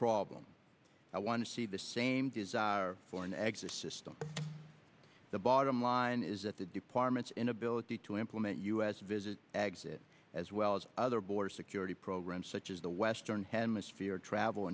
problem i want to see the same desire for an exit system the bottom line is that the department's inability to implement u s visit exit as well as other border security programs such as the western hemisphere travel